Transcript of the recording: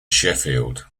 sheffield